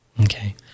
Okay